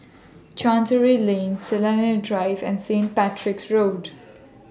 Chancery Lane Sinaran Drive and Saint Patrick's Road